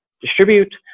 distribute